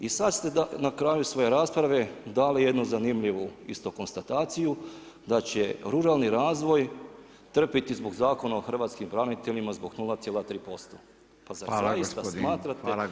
I sada ste na kraju svoje rasprave dali jednu zanimljivo isto konstataciju da će ruralni razvoj trpiti zbog Zakona o hrvatskim braniteljima zbog 0,3%. pa zar zaista smatrate